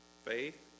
Faith